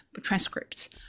transcripts